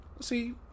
See